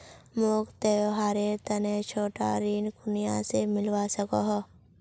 मोक त्योहारेर तने छोटा ऋण कुनियाँ से मिलवा सको हो?